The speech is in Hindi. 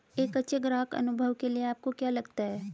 एक अच्छे ग्राहक अनुभव के लिए आपको क्या लगता है?